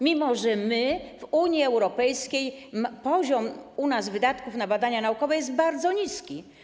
Mimo że jesteśmy w Unii Europejskiej, poziom naszych wydatków na badania naukowe jest bardzo niski.